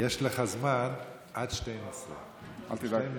יש לך זמן עד 24:00. אל תדאג.